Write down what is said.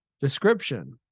Description